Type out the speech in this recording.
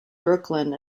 brooklyn